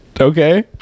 Okay